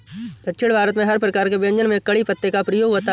दक्षिण भारत में हर प्रकार के व्यंजन में कढ़ी पत्ते का प्रयोग होता है